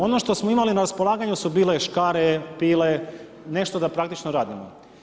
Ono što smo imali na raspolaganju su bile škare, pile, nešto da praktično radimo.